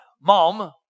Mom